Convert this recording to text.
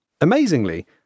Amazingly